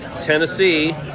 Tennessee